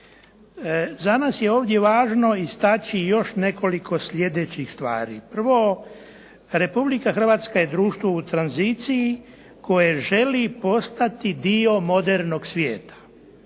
Za nas je ovdje važno istaći još nekoliko sljedećih stvari. Prvo, Republika Hrvatska je društvo u tranziciji koje želi postati dio modernog svijeta.